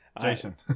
jason